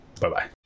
Bye-bye